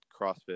CrossFit